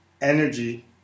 energy